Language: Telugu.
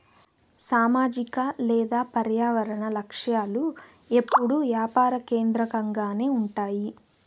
సామాజిక లేదా పర్యావరన లక్ష్యాలు ఎప్పుడూ యాపార కేంద్రకంగానే ఉంటాయి